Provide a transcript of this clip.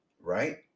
right